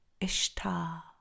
Ishtar